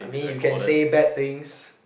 I mean you can say bad things